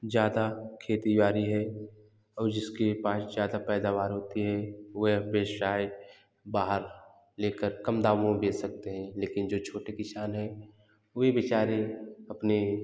ज़्यादा खेती बाड़ी है और जिसके पास ज़्यादा पैदावार होती है व्यवसाय बाहर लेकर कम दामों में बेच सकते हैं लेकिन जो छोटे किसान हैं वे बेचारे अपने